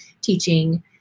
teaching